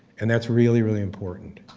and that's really, really important.